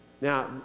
Now